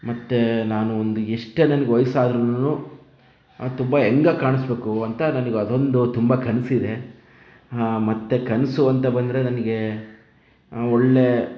ಮತ್ತೆ ನಾನು ಒಂದು ಎಷ್ಟೇ ನನಗೆ ವಯಸ್ಸು ಆದರೂನುನು ತುಂಬ ಯಂಗಾಗಿ ಕಾಣಿಸಬೇಕು ಅಂತ ನನಗೆ ಅದೊಂದು ತುಂಬ ಕನಸಿದೆ ಮತ್ತೆ ಕನಸು ಅಂತ ಬಂದರೆ ನನಗೆ ಒಳ್ಳೆಯ